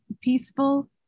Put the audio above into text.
peaceful